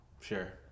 Sure